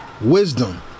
Wisdom